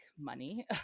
money